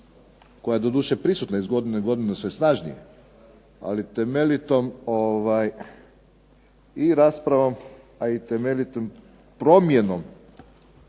koja je doduše prisutne iz godine u godinu sve snažnije, ali temeljitom i raspravom a i temeljitom promjenom